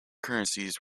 currencies